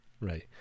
Right